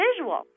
visual